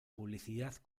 publicidad